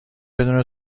بدون